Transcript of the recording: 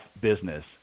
business